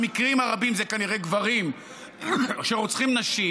במקרים הרבים זה כנראה גברים שרוצחים נשים,